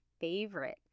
favorite